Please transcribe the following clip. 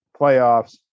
playoffs